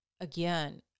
again